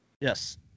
Yes